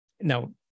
now